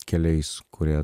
keliais kurie